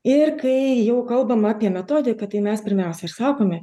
ir kai jau kalbam apie metodiką tai mes pirmiausia ir sakome